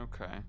Okay